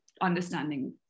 understanding